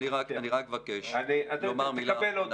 אני רק מבקש לומר מילה אחרונה.